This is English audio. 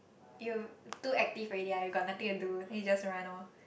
you too active already lah you got nothing to do then you just run loh